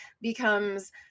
becomes